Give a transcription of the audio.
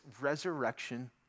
resurrection